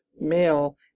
male